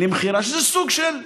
שזה סוג של סבסוד.